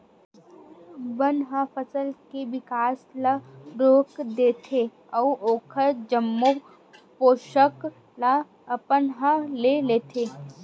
बन ह फसल के बिकास ल रोक देथे अउ ओखर जम्मो पोसक ल अपन ह ले लेथे